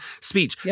speech